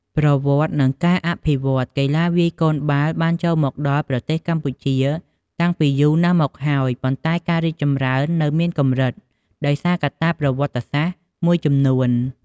ប្រវត្តិ និងការអភិវឌ្ឍន៍ កីឡាវាយកូនបាល់បានចូលមកដល់ប្រទេសកម្ពុជាតាំងពីយូរយារណាស់មកហើយ ប៉ុន្តែការរីកចម្រើននៅមានកម្រិត ដោយសារកត្តាប្រវត្តិសាស្ត្រមួយចំនួន។